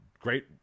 great